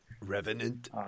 Revenant